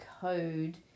code